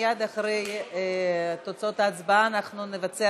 מייד אחרי תוצאות ההצבעה אנחנו נבצע